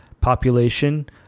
Population